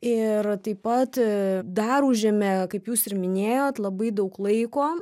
ir taip pat dar užėmė kaip jūs ir minėjot labai daug laiko